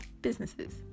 businesses